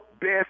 best